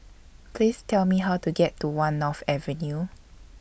Please Tell Me How to get to one North Avenue